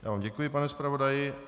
Já vám děkuji, pane zpravodaji.